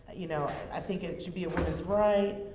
you know i think it should be a woman's right.